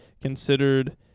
considered